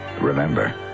Remember